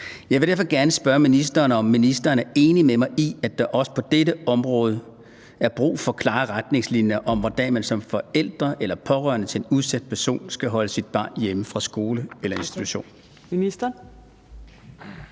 Jeg vil derfor gerne spørge ministeren, om ministeren er enig med mig i, at der også på dette område er brug for klare retningslinjer om, hvordan man som forældre eller pårørende til en udsat person skal holde sit barn hjemme fra skole eller institution.